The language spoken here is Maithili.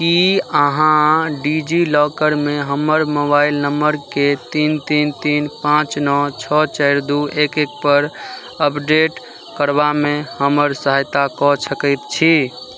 कि अहाँ डिजिलॉकरमे हमर मोबाइल नम्बरकेँ तीन तीन तीन पाँच नओ छओ चारि दुइ एक एक एकपर अपडेट करबामे हमर सहायता कऽ सकै छी